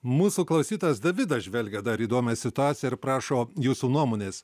mūsų klausytojas davidas žvelgia dar įdomią situaciją ir prašo jūsų nuomonės